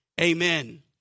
Amen